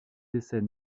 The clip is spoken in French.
décès